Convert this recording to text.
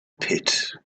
pit